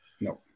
no